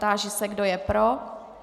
Táži se, kdo je pro.